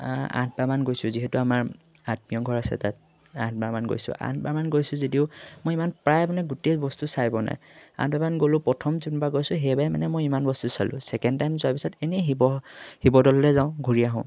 আঠবাৰমান গৈছোঁ যিহেতু আমাৰ আত্মীয় ঘৰ আছে তাত আঠবাৰমান গৈছোঁ আঠবাৰমান গৈছোঁ যদিও মই ইমান প্ৰায় মানে গোটেই বস্তু চাই পোৱা নাই আঠবাৰমান গ'লোঁ প্ৰথম যোনবাৰ গৈছোঁ সেইবাবে মানে মই ইমান বস্তু চালোঁ ছেকেণ্ড টাইম যোৱাৰ পিছত এনেই শিৱ শিৱদ'ললৈ যাওঁ ঘূৰি আহোঁ